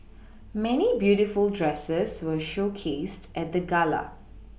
many beautiful dresses were showcased at the gala